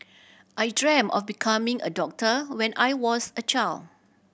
I dream of becoming a doctor when I was a child